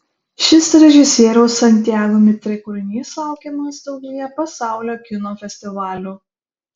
šis režisieriaus santiago mitre kūrinys laukiamas daugelyje pasaulio kino festivalių